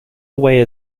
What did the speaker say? away